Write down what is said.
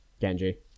Genji